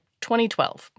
2012